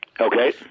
Okay